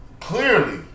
Clearly